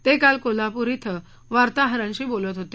ते काल कोल्हापूर इथं वार्ताहरांशी बोलत होते